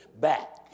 back